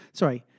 sorry